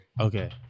Okay